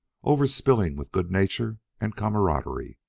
over-spilling with good nature and camaraderie,